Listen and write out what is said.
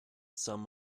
some